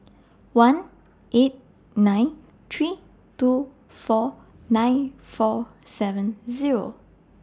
one eight nine three two four nine four seven Zero